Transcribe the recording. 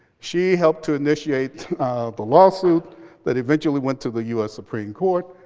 she helped to initiate the lawsuit that eventually went to the us supreme court.